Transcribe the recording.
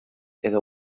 edo